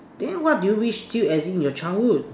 then what do you wish still exist in your childhood